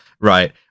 right